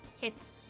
Hit